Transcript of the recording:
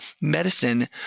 medicine